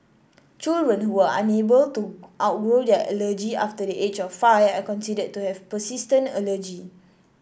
children who are unable to outgrow their allergy after the age of five are considered to have persistent allergy